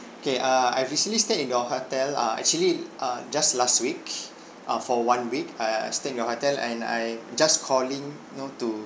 okay err I've recently stayed in your hotel uh actually uh just last week uh for one week I I stayed in your hotel and I'm just calling know to